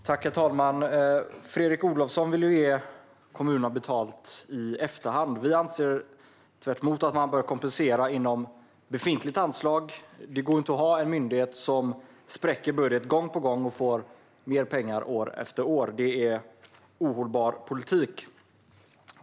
Herr talman! Fredrik Olovsson vill ge kommunerna betalt i efterhand. Vi anser tvärtemot att man bör kompensera inom befintligt anslag. Det går inte att ha en myndighet som spräcker budget gång på gång och får mer pengar år efter år. Det är ohållbar politik.